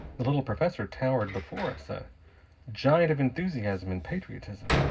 the little professor towered before us, a giant of enthusiasm and patriotism.